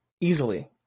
easily